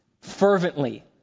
fervently